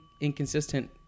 inconsistent